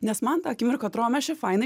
nes man tą akimirką atrodo mes čia fainai